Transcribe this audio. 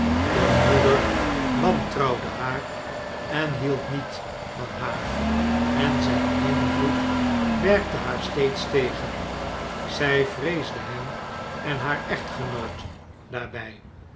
de broeder wantrouwde haar en hield niet van haar en zjjn invloed werkte haar steeds tegen zjj vreesde hem en haar echtgenoot daarbjj